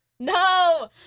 No